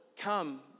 come